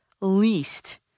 least